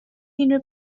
unrhyw